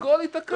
הכול ייתקע.